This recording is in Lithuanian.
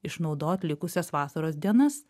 išnaudot likusias vasaros dienas